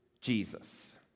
Jesus